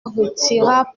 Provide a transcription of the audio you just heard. retira